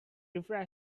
refreshing